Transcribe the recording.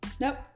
Nope